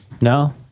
No